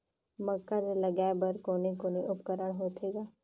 मक्का ला लगाय बर कोने कोने उपकरण होथे ग?